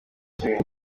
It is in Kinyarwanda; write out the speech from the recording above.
kimwe